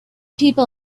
people